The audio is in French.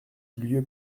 lieu